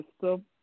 system